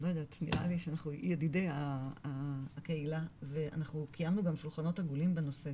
נראה לי שאנחנו ידידי הקהילה ואנחנו קיימנו גם שולחנות עגולים בנושא